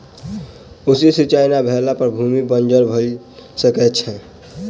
उचित सिचाई नै भेला पर भूमि बंजर भअ सकै छै